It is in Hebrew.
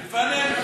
מתפנקת.